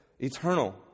Eternal